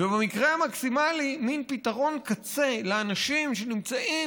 ובמקרה המקסימלי מין פתרון קצה לאנשים שנמצאים